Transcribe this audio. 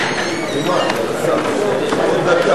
בעד,